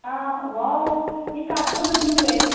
आं वाव हे काजू सगळें तुमचे